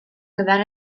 gyfer